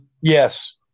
Yes